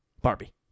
Barbie